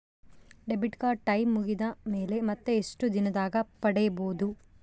Debit card time ಮುಗಿದ ಮೇಲೆ ಮತ್ತೆ ಎಷ್ಟು ದಿನದಾಗ ಪಡೇಬೋದು?